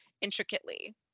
intricately